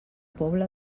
pobla